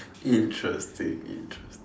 interesting interesting